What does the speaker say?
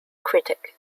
critic